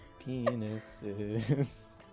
penises